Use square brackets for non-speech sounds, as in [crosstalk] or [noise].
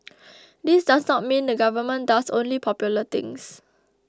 [noise] this does not mean the Government does only popular things